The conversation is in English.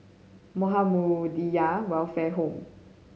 Muhammadiyah Welfare Home